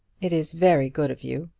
it is very good of you.